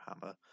hammer